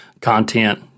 content